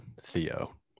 Theo